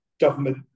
government